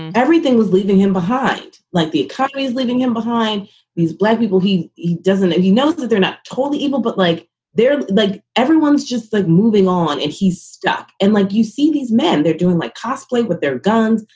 and everything was leaving him behind, like the cockneys, leaving him behind these black people. he he doesn't and he knows that they're not totally evil, but like they're like everyone's just like moving on and he's stuck. and like, you see these men, they're doing like cosplay with their guns.